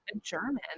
German